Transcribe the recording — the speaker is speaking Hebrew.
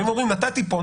באים ואומרים: נתתי פה,